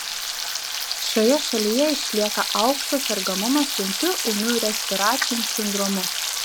šioje šalyje išlieka aukštas sergamumas sunkiu ūmiu respiraciniu sindromu